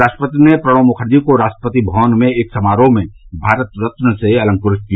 राष्ट्रपति ने प्रणब मुखर्जी को राष्ट्रपति भवन में एक समारोह में भारत रत्न से अलंकृत किया